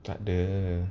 tak ada